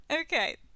Okay